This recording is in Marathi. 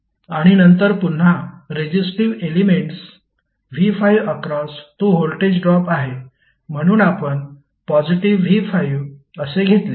आणि नंतर पुन्हा रेजिस्टिव्ह एलेमेंट्स v5 अक्रॉस तो व्होल्टेज ड्रॉप आहे म्हणून आपण पॉजिटीव्ह v5 असे घेतले